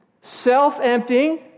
self-emptying